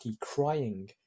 crying